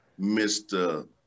mr